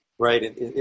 Right